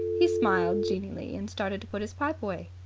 he smiled genially, and started to put his pipe away.